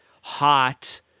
hot